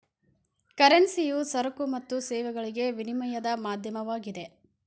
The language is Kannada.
ಕರೆನ್ಸಿಯು ಸರಕು ಮತ್ತು ಸೇವೆಗಳಿಗೆ ವಿನಿಮಯದ ಮಾಧ್ಯಮವಾಗಿದೆ